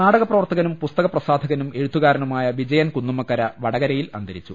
നാടകപ്രവർത്തകനും പുസ്തക പ്രസാധകനും എഴുത്തുകാ രനുമായ വിജയൻ കുന്നുമ്മക്കര വടകരയിൽ അന്തരിച്ചു